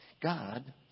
God